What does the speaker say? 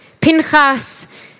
Pinchas